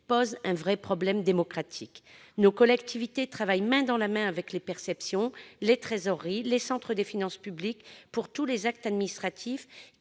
pose un vrai problème démocratique. Nos collectivités travaillent main dans la main avec les perceptions, les trésoreries, les centres des finances publiques pour tous les actes administratifs,